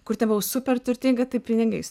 kur tebuvau super turtinga tai pinigais